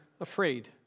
afraid